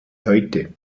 heute